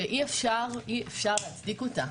שאי אפשר להצדיק אותה,